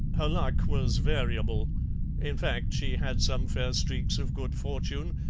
her luck was variable in fact, she had some fair streaks of good fortune,